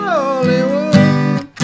Hollywood